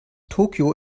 tokio